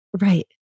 Right